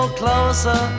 closer